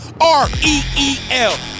R-E-E-L